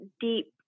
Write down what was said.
deep